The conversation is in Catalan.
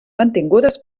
mantingudes